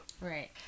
Right